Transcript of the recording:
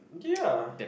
ya